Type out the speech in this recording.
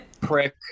Prick